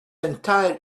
entire